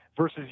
versus